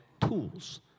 tools